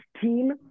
team